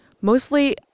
Mostly